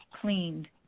cleaned